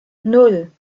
nan